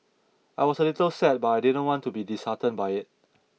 I was a little sad but I didn't want to be disheartened by it